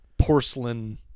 porcelain